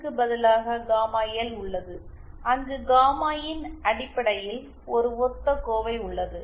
க்கு பதிலாக gamma L உள்ளது அங்கு காமா இன் அடிப்படையில் ஒரு ஒத்த எக்ஸ்பிரஷன் உள்ளது